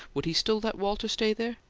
would he still let walter stay there?